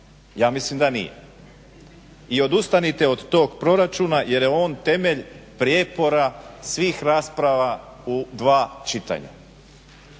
Ja mislim da nije. I odustanite od tog proračuna, jer je on temelj prijepora svih rasprava u dva čitanja.